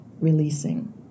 releasing